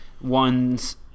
one's